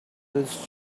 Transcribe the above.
this